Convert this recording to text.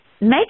make